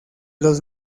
los